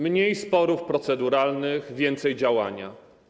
Mniej sporów proceduralnych, więcej działania.